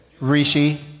Rishi